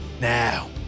now